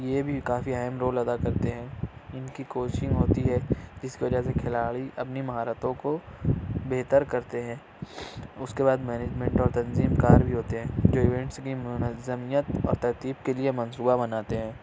یہ بھی کافی اہم رول ادا کرتے ہیں ان کی کوچنگ ہوتی ہے جس وجہ سے کھلاڑی اپنی مہارتوں کو بہتر کرتے ہیں اس کے بعد مینجمنٹ اور تنظیم کار بھی ہوتے ہیں جو ایونٹس کی منظمیت اور ترتیب کے لیے منصوبہ بناتے ہیں